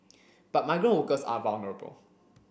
but migrant workers are vulnerable